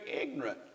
ignorant